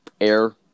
air